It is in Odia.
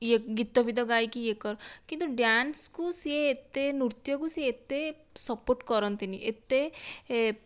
ୟେ ଗୀତ ଫୀତ ଗାଇକି ୟେ କର କିନ୍ତୁ ଡ୍ୟାନ୍ସକୁ ସେ ଏତେ ନୃତ୍ୟକୁ ସେ ଏତେ ସପୋର୍ଟ କରନ୍ତିନି ଏତେ